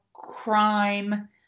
crime